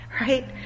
right